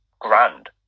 grand